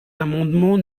l’amendement